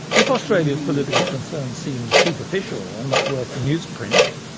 if australia's political concerns seemed superficial and not worth the newsprint,